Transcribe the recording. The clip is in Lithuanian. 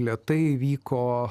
lėtai vyko